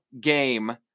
game